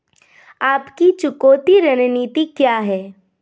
आपकी चुकौती रणनीति क्या है?